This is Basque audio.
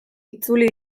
itzuli